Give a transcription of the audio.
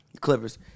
Clippers